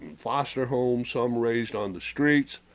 foster homes some raised on the streets,